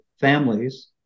families